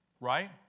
right